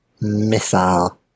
missile